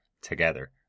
together